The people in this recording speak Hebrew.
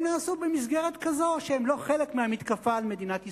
הם נעשו במסגרת כזו שהם לא חלק מהמתקפה על מדינת ישראל.